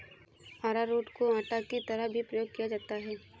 अरारोट को आटा की तरह भी प्रयोग किया जाता है